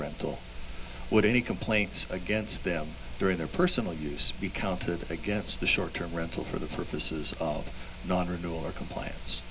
rental would any complaints against them during their personal use be counted against the short term rental for the purposes of non renewal or compl